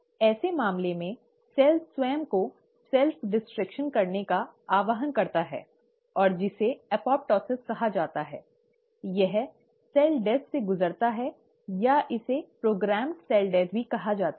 ऐसे मामले में सेल स्वयं को नष्ट करने का आह्वान करता है और जिसे एपोप्टोसिस'apoptosis' कहा जाता है यह कोशिका मृत्यु से गुजरता है या इसे प्रोग्राम्ड सेल डेथ भी कहा जाता है